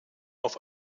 auf